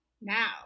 now